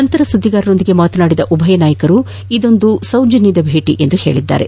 ನಂತರ ಸುದ್ದಿಗಾರರೊಂದಿಗೆ ಮಾತನಾಡಿದ ಉಭಯ ನಾಯಕರು ಇದೊಂದು ಸೌಜನ್ಯದ ಭೇಟಿ ಎಂದಿದ್ದಾರೆ